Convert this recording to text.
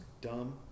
dumb